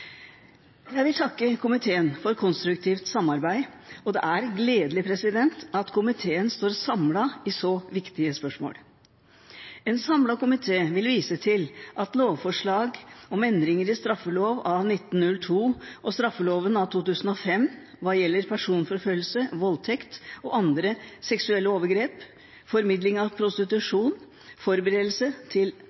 Jeg vil takke komiteen for konstruktivt samarbeid, og det er gledelig at komiteen står samlet i så viktige spørsmål. En samlet komité vil vise til at lovforslag om endringer i straffeloven av 1902 og straffeloven av 2005, hva gjelder personforfølgelse, voldtekt og andre seksuelle overgrep, formidling av prostitusjon, forberedelse til